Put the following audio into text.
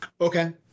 Okay